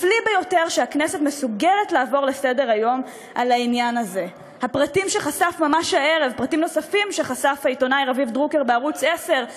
שהדבר האחראי שהיה צריך לעשות כאיש